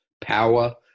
power